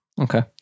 Okay